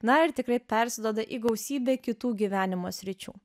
na ir tikrai persiduoda į gausybę kitų gyvenimo sričių